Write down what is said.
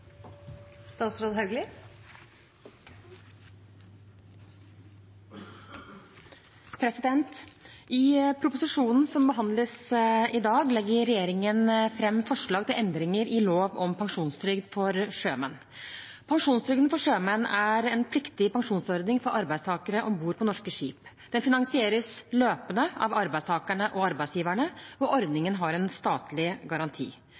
I proposisjonen som behandles i dag, legger regjeringen fram forslag til endringer i lov om pensjonstrygd for sjømenn. Pensjonstrygden for sjømenn er en pliktig pensjonsordning for arbeidstakere om bord på norske skip. Det finansieres løpende av arbeidstakerne og arbeidsgiverne, og ordningen har en statlig garanti.